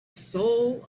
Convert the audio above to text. soul